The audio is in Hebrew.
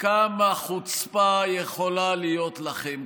כמה חוצפה יכולה להיות לכם?